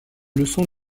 leçons